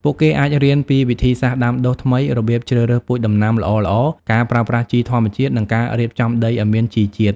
ពួកគេអាចរៀនពីវិធីសាស្ត្រដាំដុះថ្មី របៀបជ្រើសរើសពូជដំណាំល្អៗ ការប្រើប្រាស់ជីធម្មជាតិ និងការរៀបចំដីឲ្យមានជីជាតិ។